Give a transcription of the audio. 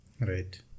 right